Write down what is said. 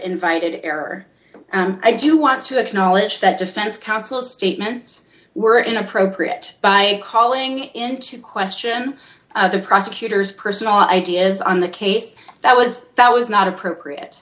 invited error i do want to acknowledge that defense counsel statements were inappropriate by calling into question the prosecutor's personal ideas on the case that was that was not appropriate